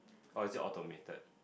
oh is it automated